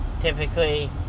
typically